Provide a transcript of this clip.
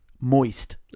moist